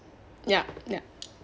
ya ya